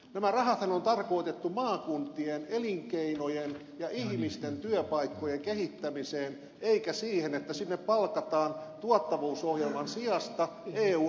nämä rahathan on tarkoitettu maakuntien elinkeinojen ja ihmisten työpaikkojen kehittämiseen eikä siihen että sinne palkataan tuottavuusohjelman sijasta eu rahoilla virkamiehiä